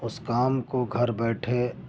اس کام کو گھر بیٹھے